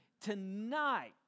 Tonight